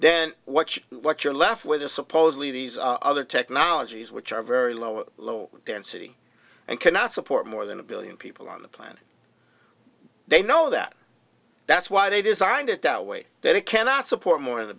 then what you what you're left with is supposedly these other technologies which are very low low density and cannot support more than a billion people on the planet they know that that's why they designed it that way that it cannot support more th